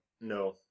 No